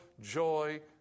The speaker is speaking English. joy